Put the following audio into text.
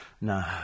No